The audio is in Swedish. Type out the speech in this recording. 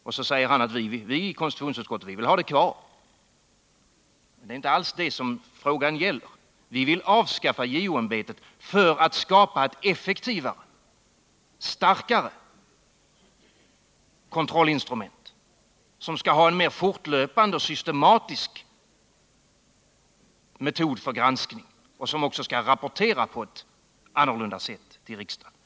Sedan säger han att konstitutionsutskottet vill ha det kvar. Men det är inte alls detta som frågan gäller. Vi vill avskaffa JO-ämbetet för att skapa ett effektivare och starkare kontrollinstrument, som skall granska mer fortlöpande och systematiskt och som också skall rapportera till riksdagen på ett annorlunda sätt.